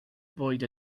bwyd